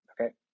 okay